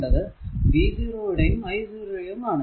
v0 യും i0 യും ആണ്